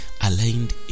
aligned